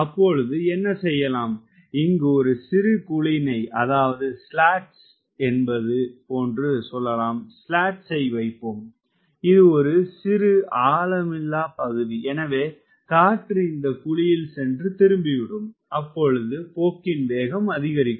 அப்பொழுது என்ன செய்யலாம் இங்கு ஒரு சிறு குழியினை வைப்போம் இது ஒரு சிறு ஆழமில்லாப்பகுதி எனவே காற்று இந்த குழியில் சென்று திரும்பிவிடும் அப்பொழுது போக்கின் வேகம் அதிகரிக்கும்